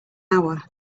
hour